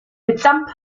mitsamt